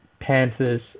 Panthers